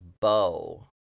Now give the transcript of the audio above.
bow